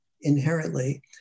inherently